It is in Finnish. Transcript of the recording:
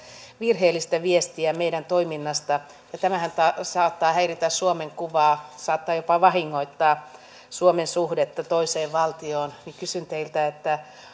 virheellistä viestiä meidän toiminnastamme ja tämähän saattaa häiritä suomen kuvaa saattaa jopa vahingoittaa suomen suhdetta toiseen valtioon kysyn teiltä